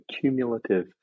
cumulative